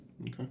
okay